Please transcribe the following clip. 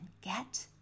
get